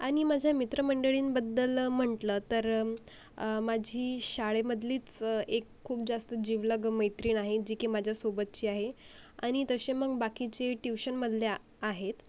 आणि माझ्या मित्रमंडळींबद्दल म्हटलं तर माझी शाळेमधलीच एक खूप जास्त जिवलग मैत्रीण आहे जी की माझ्यासोबतची आहे आणि तसे मग बाकीचे ट्यूशनमधल्या आहेत